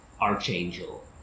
archangel